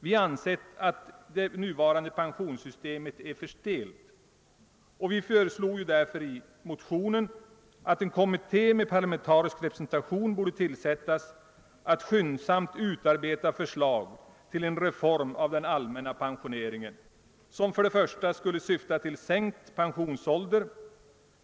Vi anser att det nuvarande pensionssystemet är för stelt, och därför har vi i vår motion föreslagit tillsättandet av en kommitté med parlamentarisk representation och med uppgift att skyndsamt utarbeta förslag till en reform av den allmänna pensioneringen. Den reformen skulle för det första syfta till sänkt pensionsålder.